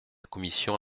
commission